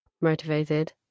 motivated